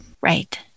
Right